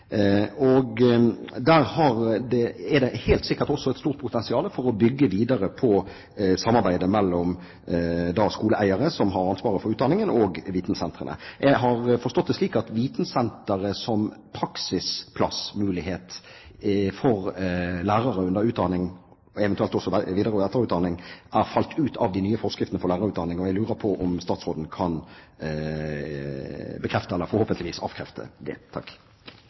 Der er det helt sikkert også et stort potensial for å bygge videre på samarbeidet mellom skoleeiere, som har ansvaret for utdanningen, og vitensentrene. Jeg har forstått det slik at vitensenter som praksisplassmulighet for lærere under utdanning – og eventuelt også videre- og etterutdanning – har falt ut av de nye forskriftene for lærerutdanning, og jeg lurer på om statsråden kan bekrefte eller, forhåpentligvis, avkrefte det.